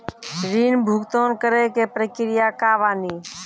ऋण भुगतान करे के प्रक्रिया का बानी?